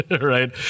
right